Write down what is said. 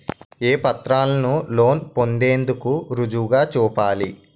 ఏ పత్రాలను లోన్ పొందేందుకు రుజువుగా చూపాలి?